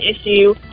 issue